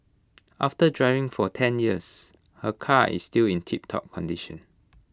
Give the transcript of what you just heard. after driving for ten years her car is still in tiptop condition